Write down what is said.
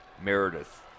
Meredith